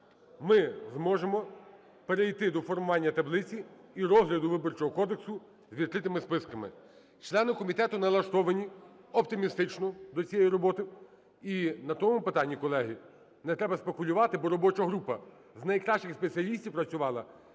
ми зможемо перейти до формування таблиці і розгляду Виборчого кодексу з відкритими списками. Члени комітету налаштовані оптимістично до цієї роботи. І на тому питанні, колеги, не треба спекулювати, бо робоча група з найкращих спеціалістів працювала